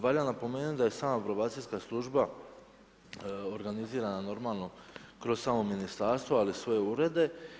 Valja napomenut da je sama probacijska služba organizirana normalno kroz samo ministarstvo, ali svoje urede.